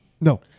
No